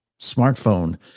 smartphone